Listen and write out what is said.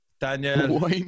Daniel